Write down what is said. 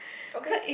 okay